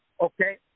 Okay